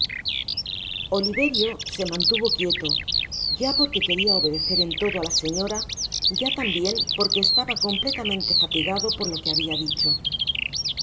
oliverio se mantuvo quieto ya porque qheria obedecer en lodo á la señora ya tambien porque estaba completamente fatigado por lo que habia dicho